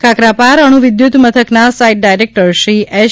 કાકરાપાર અણુ વિર્ધુત મથકના સાઈટ ડાયરેક્ટર શ્રી એચ